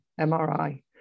MRI